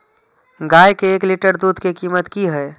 गाय के एक लीटर दूध के कीमत की हय?